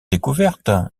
découvertes